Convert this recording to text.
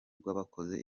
rw’abakoze